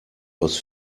aus